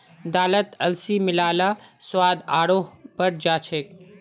दालत अलसी मिला ल स्वाद आरोह बढ़ जा छेक